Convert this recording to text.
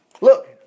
look